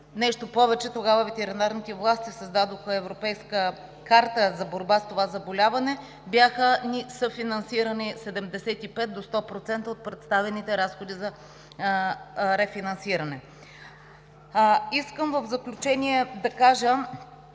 нещо повече, тогава ветеринарните власти създадоха Европейска карта за борба с това заболяване. Бяха съфинансирани от 75% до 100% от представените разходи за рефинансиране. В заключение, искам